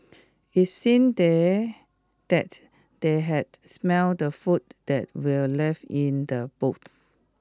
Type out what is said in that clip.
it seemed they that they had smell the food that were left in the boots